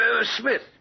Smith